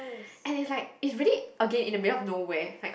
and it's like it's really again in the middle of nowhere like